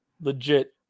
legit